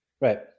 Right